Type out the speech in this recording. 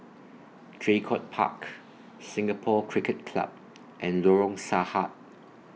Draycott Park Singapore Cricket Club and Lorong Sarhad